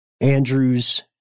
Andrew's